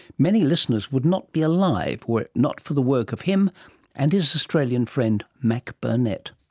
many listeners would not be alive were it not for the work of him and his australian friend mac burnet.